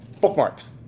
bookmarks